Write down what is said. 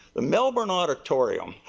melbourne auditorium,